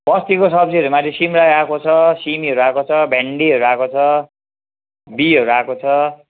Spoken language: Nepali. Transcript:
बस्तीको सब्जीहरूमा अहिले सिमरायो आएको छ सिमीहरू आएको छ भिन्डीहरू आएको छ बिईँहरू आएको छ